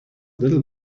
little